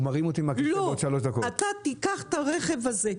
אמרו לו: לא, אתה תיקח את הרכב הזה.